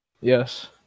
Yes